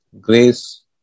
grace